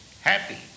happy